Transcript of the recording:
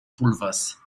pulvers